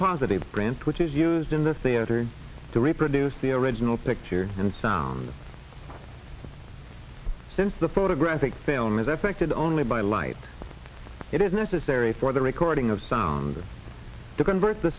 positive brand which is used in the theater to reproduce the original picture and sound since the photographic film is affected only by light it is necessary for the recording of sound to convert the